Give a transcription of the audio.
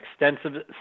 extensive